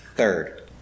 Third